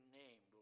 name